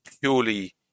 purely